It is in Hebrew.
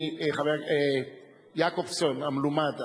יעקובזון המלומד,